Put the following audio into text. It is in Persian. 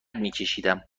میکشیدم